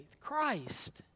Christ